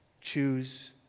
Choose